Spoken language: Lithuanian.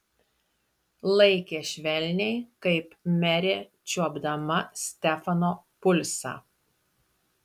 laikė švelniai kaip merė čiuopdama stefano pulsą